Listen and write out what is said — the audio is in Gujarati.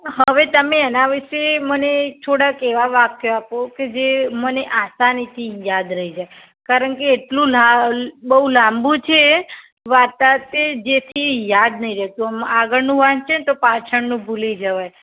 હવે તમે એના વિશે મને થોડાક એવા વાક્યો આપો કે જે મને આસાનીથી યાદ રહી જાય કારણ કે એટલું લા બહુ લાંબુ છે વારતા તે જેથી યાદ નહીં રહેતું આમ આગળનું વાંચીએને તો પાછળનું ભૂલી જવાય